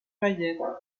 mayenne